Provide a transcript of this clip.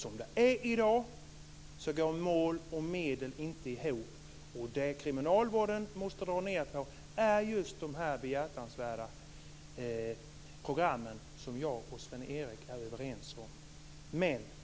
Som det är i dag går mål och medel inte ihop. Det kriminalvården måste dra ned på är just de behjärtansvärda program som jag och Sven-Erik Sjöstrand är överens om.